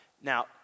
Now